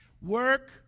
Work